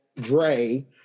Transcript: Dre